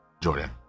Jordan